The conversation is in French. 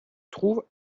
trouvent